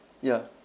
ya